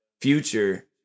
future